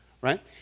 right